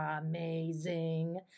amazing